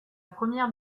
première